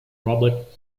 robert